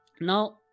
Now